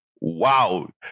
wow